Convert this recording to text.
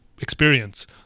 experience